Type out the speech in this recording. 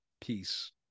Peace